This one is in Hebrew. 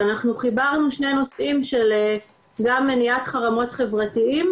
מדובר על שני נושאים של גם מניעת חרמות חברתיים,